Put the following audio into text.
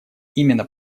именно